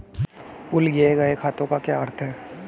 Pool किए गए खातों का क्या अर्थ है?